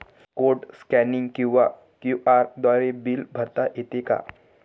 Code scanning किंवा QR द्वारे bill भरता येते का?